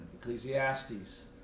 Ecclesiastes